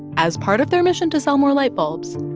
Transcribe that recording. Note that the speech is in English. as part of their mission to sell more light bulbs,